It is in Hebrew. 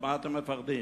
ממה הפחד?